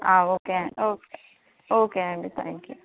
okay అండి okay okay అండి thank you